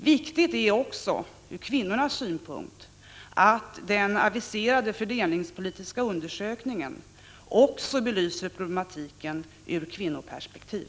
Viktigt är också — ur kvinnornas synpunkt — att den aviserade fördelningspolitiska undersökningen också belyser problematiken ur kvinnoperspektiv.